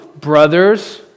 brothers